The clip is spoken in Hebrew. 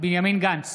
בנימין גנץ,